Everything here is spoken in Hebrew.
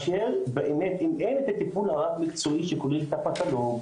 שבאמת אם אין את הטיפול המקצועי שכולל את הפתולוג,